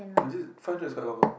was it find to a swallower